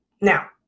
Now